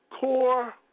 core